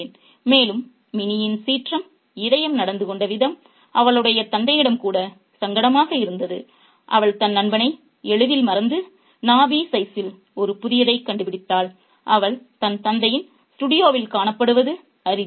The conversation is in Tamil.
'மேலும் மினியின் சீரற்ற இதயம் நடந்து கொண்ட விதம் அவளுடைய தந்தையிடம் கூட சங்கடமாக இருந்தது அவள் தன் நண்பனை எளிதில் மறந்து நாபி சைஸில் ஒரு புதியதைக் கண்டுபிடித்தாள் அவள் தந்தையின் ஸ்டுடியோவில் காணப்படுவது அரிது